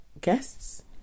guests